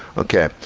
okay.